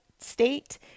state